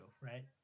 right